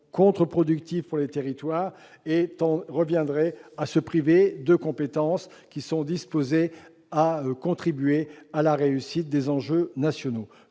contre-productif pour les territoires et reviendrait à se priver de compétences qui sont disposées à contribuer à la réussite des enjeux nationaux.